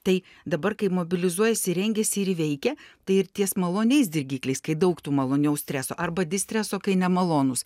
tai dabar kai mobilizuojasi rengiasi ir įveikia tai ir ties maloniais dirgikliais kai daug tų maloniau streso arba distreso kai nemalonūs